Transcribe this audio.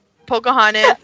Pocahontas